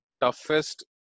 toughest